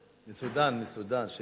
מסודן, מסודן.